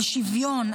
על שוויון,